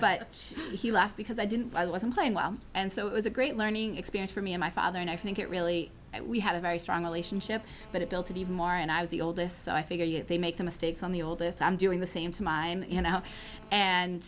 but he left because i didn't i wasn't playing well and so it was a great learning experience for me and my father and i think it really we had a very strong relationship but it built to be even more and i was the oldest so i figure they make the mistakes on the oldest i'm doing the same to my now and